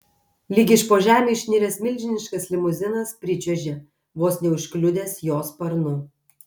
lyg iš po žemių išniręs milžiniškas limuzinas pričiuožė vos neužkliudęs jo sparnu